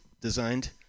designed